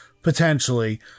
potentially